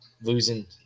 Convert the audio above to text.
Losing